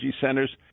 centers